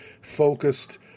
focused